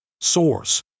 Source